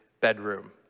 bedroom